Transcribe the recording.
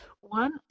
One